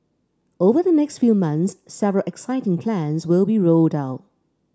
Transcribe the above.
over the next few months several exciting plans will be rolled out